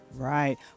Right